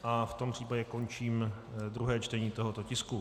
V tom případě končím druhé čtení tohoto tisku.